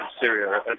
Syria